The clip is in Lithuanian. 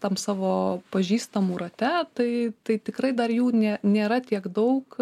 tam savo pažįstamų rate tai tai tikrai dar jų nė nėra tiek daug